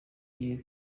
igihe